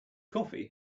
coffee